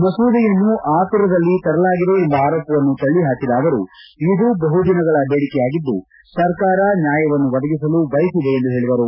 ಮಸೂದೆಯನ್ನು ಆತುರದಲ್ಲಿ ತರಲಾಗಿದೆ ಎಂಬ ಆರೋಪವನ್ನು ತಳ್ಳಿಪಾಕಿದ ಅವರು ಇದು ಬಹುದಿನಗಳ ಬೇಡಿಕೆಯಾಗಿದ್ದು ಸರ್ಕಾರ ನ್ನಾಯವನ್ನು ಒದಗಿಸಲು ಬಯಸಿದೆ ಎಂದು ಹೇಳಿದರು